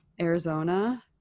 arizona